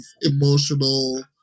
emotional